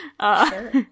Sure